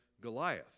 Goliath